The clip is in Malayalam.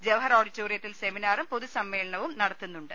ജവഹർ ഓഡിറ്റോറിയത്തിൽ സെമിനാറും പൊതു സമ്മേളനവും നടത്തുന്നുണ്ട്